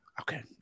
Okay